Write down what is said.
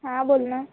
हां बोल ना